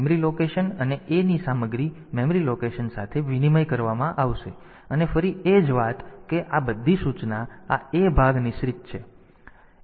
તેથી memory location અને A ની સામગ્રી મેમરી લોકેશન સાથે વિનિમય કરવામાં આવશે અને ફરી એ જ વાત કે આ બધી સૂચના આ A ભાગ નિશ્ચિત છે